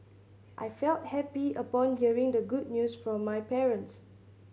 I felt happy upon hearing the good news from my parents